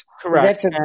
Correct